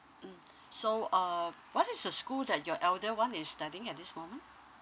mm so um what is the school that your elder one is studying at this moment